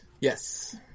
Yes